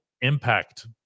impact